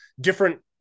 different